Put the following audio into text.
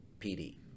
PD